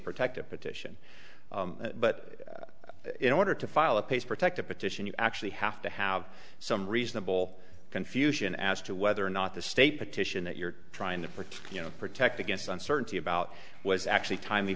protective petition but in order to file a piece protective petition you actually have to have some reasonable confusion as to whether or not the state petition that you're trying to protect you know protect against uncertainty about was actually